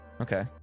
Okay